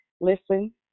listen